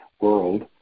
world